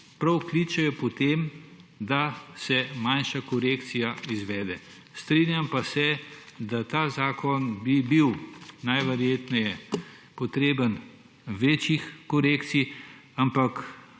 prav kličejo po tem, da se manjša korekcija izvede. Strinjam pa se, da ta zakon bi bil najverjetneje potreben večjih korekcij, ampak